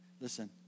Listen